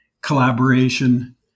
collaboration